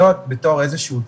הדברים.